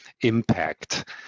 impact